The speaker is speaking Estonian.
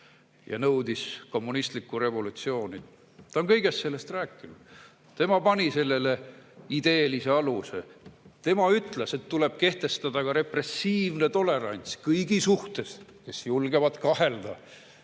ja nõudis kommunistlikku revolutsiooni. Ta on kõigest sellest rääkinud. Tema pani sellele ideelise aluse. Tema ütles, et tuleb kehtestada repressiivne tolerants kõigi suhtes, kes julgevad kahelda